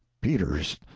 peters,